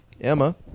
Emma